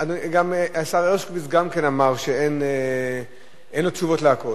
גם השר הרשקוביץ אמר שאין לו תשובות לכול.